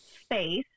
space